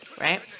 right